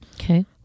okay